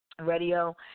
Radio